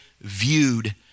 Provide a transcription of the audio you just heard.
viewed